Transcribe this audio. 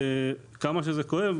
כמה שזה כואב,